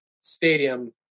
stadium